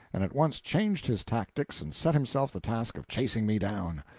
and at once changed his tactics and set himself the task of chasing me down.